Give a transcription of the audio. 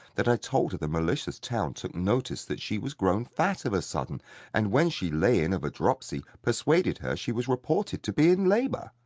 that i told her the malicious town took notice that she was grown fat of a sudden and when she lay in of a dropsy, persuaded her she was reported to be in labour.